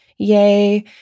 Yay